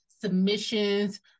submissions